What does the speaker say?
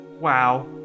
wow